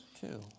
two